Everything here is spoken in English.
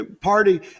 Party